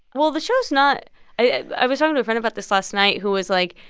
well, the show's not i was talking to a friend about this last night who was, like,